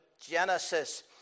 Genesis